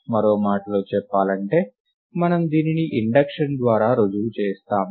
మరో మాటలో చెప్పాలంటే మనము దీనిని ఇండక్షన్ ద్వారా రుజువు చేస్తాము